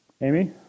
Amy